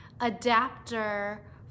adapter